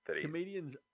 Comedians